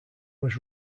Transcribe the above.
was